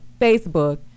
Facebook